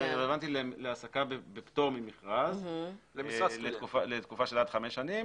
זה רלוונטי להעסקה בפטור ממכרז לתקופה של עד חמש שנים.